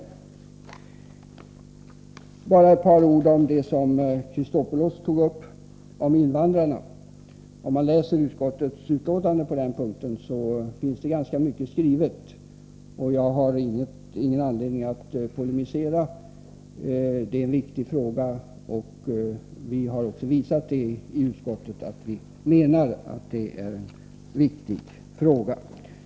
Låt mig slutligen säga ett par ord om den fråga beträffande invandrarna som Alexander Chrisopoulos tog upp. I utskottets betänkande på den punkten finns ganska mycket skrivet, och jag har heller ingen anledning att polemisera mot vad Alexander Chrisopoulos anförde. Det är en viktig fråga, vilket vi också framhåller i utskottsbetänkandet.